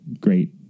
great